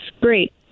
great